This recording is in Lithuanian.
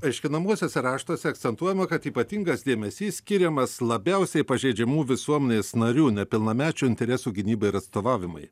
aiškinamuosiuose raštuose akcentuojama kad ypatingas dėmesys skiriamas labiausiai pažeidžiamų visuomenės narių nepilnamečių interesų gynybai ir atstovavimui